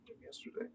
yesterday